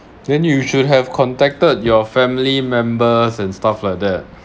then you should have contacted your family members and stuff like that